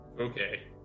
Okay